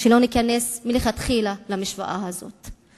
שלא ניכנס מלכתחילה למשוואה הזאת.